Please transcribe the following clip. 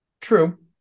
True